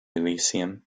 elysium